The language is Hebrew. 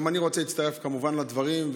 גם אני רוצה להצטרף כמובן לדברים,